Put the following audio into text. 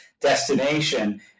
destination